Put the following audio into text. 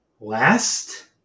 last